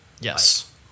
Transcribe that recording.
Yes